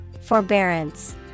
Forbearance